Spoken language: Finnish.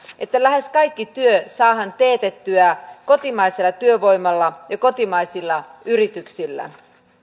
että lähes kaikki työ saadaan teetettyä kotimaisella työvoimalla ja kotimaisilla yrityksillä